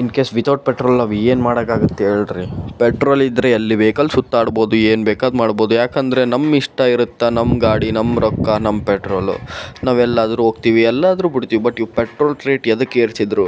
ಇನ್ case without petrol ನಾವು ಏನು ಮಾಡೋಕ್ಕಾಗುತ್ತೆ ಹೇಳ್ರಿ ಪೆಟ್ರೋಲ್ ಇದ್ದರೆ ಎಲ್ಲಿ ಬೇಕು ಅಲ್ಲಿ ಸುತ್ತಾಡ್ಬೋದು ಏನು ಬೇಕಾದ್ದು ಮಾಡ್ಬೋದು ಏಕಂದ್ರೆ ನಮ್ಮಿಷ್ಟ ಇರುತ್ತೆ ನಮ್ಮ ಗಾಡಿ ನಮ್ಮ ರೊಕ್ಕ ನಮ್ಮ ಪೆಟ್ರೋಲು ನಾವು ಎಲ್ಲಾದ್ರೂ ಹೋಗ್ತೀವಿ ಎಲ್ಲಾದ್ರೂ ಬಿಡ್ತೀವ್ ಬಟ್ ಈ ಪೆಟ್ರೋಲ್ದು ರೇಟ್ ಯಾದುಕ್ ಏರಿಸಿದ್ರು